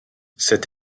cette